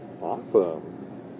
awesome